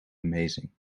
amazing